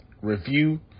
review